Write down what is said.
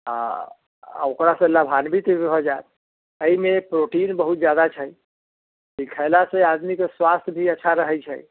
आ ओकरासँ लाभान्वित भी भए जाएत एहिमे प्रोटीन बहुत जादा छै ई खैलासँ आदमीके स्वास्थ भी अच्छा रहैत छै